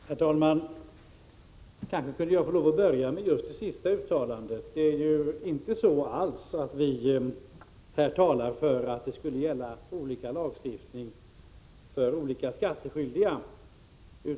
Herr talman! Jag kanske kan få lov att börja med det sista uttalandet. Vi talar här inte alls för att det skulle gälla olika lagstiftning för olika skattskyldiga.